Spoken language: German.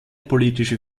politische